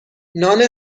نان